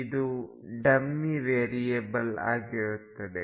ಇದು dummy variable ಆಗಿರುತ್ತದೆ